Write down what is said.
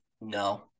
no